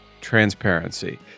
transparency